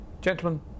Gentlemen